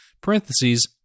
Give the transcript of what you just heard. Parentheses